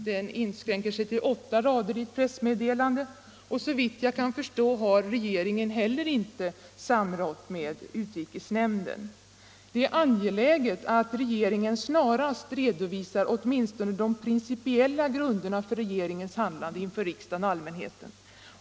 Den inskränker sig till åtta rader i ett 55 pressmeddelande, och såvitt jag kan förstå har regeringen heller inte samrått med utrikesnämnden. Det är angeläget att regeringen snarast redovisar åtminstone de principiella grunderna för regeringens handlande inför riksdagen och allmänheten.